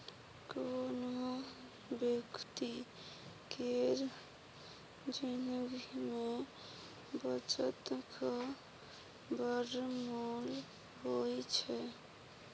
कोनो बेकती केर जिनगी मे बचतक बड़ मोल होइ छै